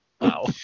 wow